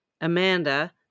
Amanda